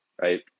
right